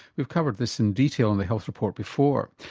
we've covered this in detail on the health report before.